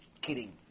kidding